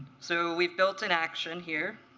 so we've built an action here,